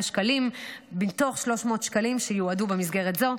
שקלים מתוך 300 מיליון שיועדו במסגרת זו.